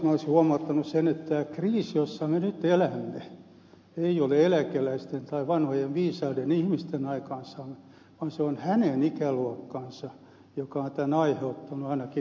kolmanneksi olisin huomauttanut että kriisi jossa me nyt elämme ei ole eläkeläisten tai vanhojen viisaiden ihmisten aikaansaama vaan se on hänen ikäluokkansa joka on tämän aiheuttanut ainakin islannissa